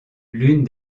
l’une